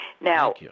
Now